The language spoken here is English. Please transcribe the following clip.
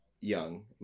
young